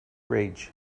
rage